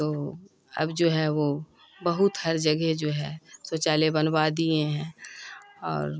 تو اب جو ہے وہ بہت ہر جگہ جو ہے شوچالے بنوا دیے ہیں اور